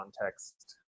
context